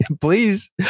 please